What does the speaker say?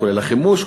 כולל החימוש,